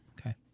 okay